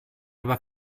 über